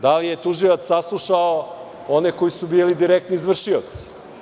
Da li je tužilac saslušao one koji su bili direktni izvršioci?